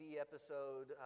episode